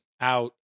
out